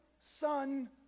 son